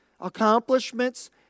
accomplishments